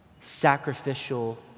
sacrificial